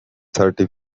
thirty